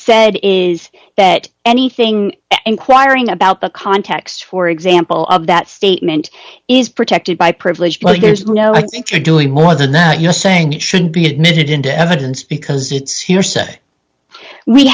said is that anything inquiring about the context for example of that statement is protected by privilege but there's no i think you're doing more than that you're saying it should be admitted into evidence because